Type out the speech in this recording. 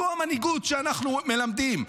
זו המנהיגות שאנחנו מלמדים.